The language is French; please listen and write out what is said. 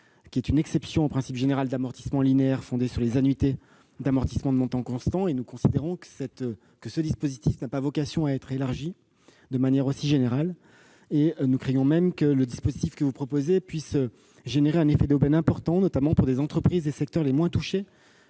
qui est une exception au principe général d'amortissement linéaire fondé sur les annuités d'amortissement de montant constant, et nous considérons que ce dispositif n'a pas vocation à être élargi de manière aussi générale. Nous craignons même que le dispositif que vous proposez puisse créer un effet d'aubaine important, notamment pour des entreprises des secteurs les moins touchés